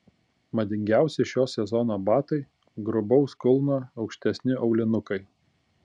madingiausi šio sezono batai grubaus kulno aukštesni aulinukai